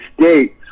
States